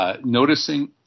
noticing